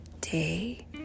day